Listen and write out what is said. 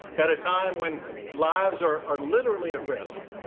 at a time when lives are are literally at risk.